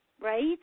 right